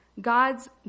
God's